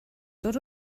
dod